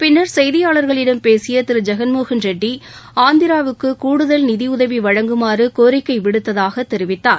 பின்னர் செய்தியாளர்களிடம் பேசிய திரு ஜெகன் மோகன் ரெட்டி ஆந்திராவுக்கு கூடுதல் நிதியுதவி வழங்குமாறு கோரிக்கை விடுத்ததாக தெரிவித்தார்